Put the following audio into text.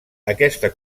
aquesta